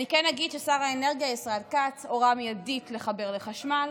אני כן אגיד ששר האנרגיה ישראל כץ הורה מיידית לחבר לחשמל,